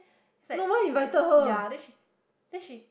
it's like yeah then she